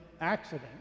accident